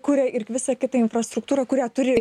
kuria ir visą kitą infrastruktūrą kurią turi